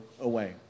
away